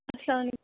اسَلام